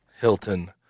Hilton